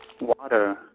water